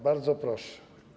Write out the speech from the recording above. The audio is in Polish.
Bardzo proszę.